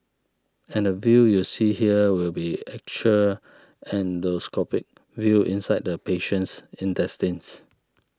and the view you see here will be actual endoscopic view inside the patient's intestines